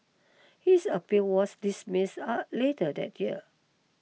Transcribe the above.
his appeal was dismissed later that year